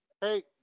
Hey